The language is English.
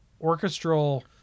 orchestral